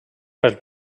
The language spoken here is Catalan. pels